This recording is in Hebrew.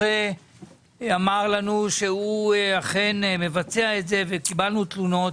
לדון בתקצוב גני הילדים בחינוך המיוחד